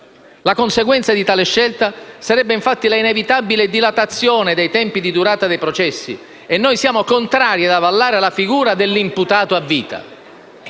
La conseguenza di tale scelta sarebbe, infatti, la inevitabile dilatazione dei tempi di durata dei processi, e noi siamo contrari ad avallare la figura dell'"imputato a vita".